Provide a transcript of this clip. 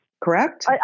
correct